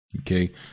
okay